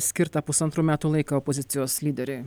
skirtą pusantrų metų laiką opozicijos lyderiui